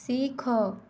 ଶିଖ